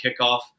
kickoff